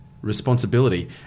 Responsibility